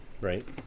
Right